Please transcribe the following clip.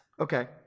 Okay